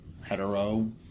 hetero